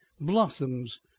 blossoms